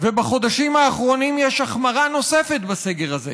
ובחודשים האחרונים יש החמרה נוספת בסגר הזה.